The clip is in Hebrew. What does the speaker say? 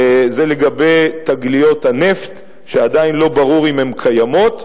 זה לגבי תגליות הנפט שעדיין לא ברור אם הן קיימות,